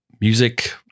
music